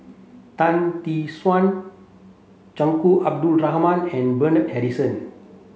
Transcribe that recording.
Tan Tee Suan Tunku Abdul Rahman and Bernard Harrison